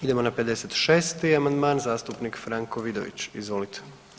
Idemo na 56. amandman, zastupnik Franko Vidović, izvolite.